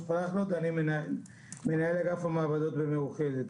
אני מנהל אגף המעבדות במאוחדת.